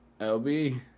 lb